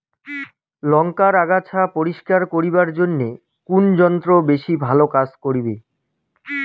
লংকার আগাছা পরিস্কার করিবার জইন্যে কুন যন্ত্র বেশি ভালো কাজ করিবে?